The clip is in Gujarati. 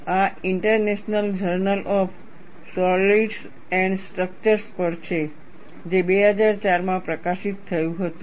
આ International Journal of Solids and Structures પર છે જે 2004માં પ્રકાશિત થયું હતું